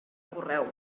correu